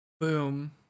Boom